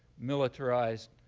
militarized,